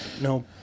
no